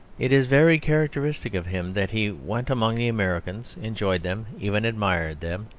it is very characteristic of him that he went among the americans, enjoyed them, even admired them,